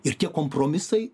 ir tie kompromisai